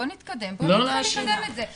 בואו נתקדם וננסה לקדם את זה.